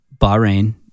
Bahrain